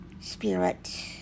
spirit